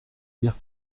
dire